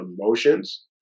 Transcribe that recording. emotions